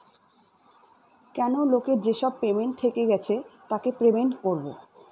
কেনো লোকের যেসব পেমেন্ট থেকে গেছে তাকে পেমেন্ট করবো